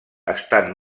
estan